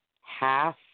half